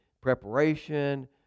preparation